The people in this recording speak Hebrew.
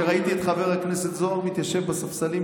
ראיתי את חבר הכנסת זוהר מתיישב בספסלים,